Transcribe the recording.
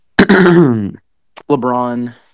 LeBron